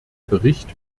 bericht